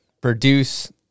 produce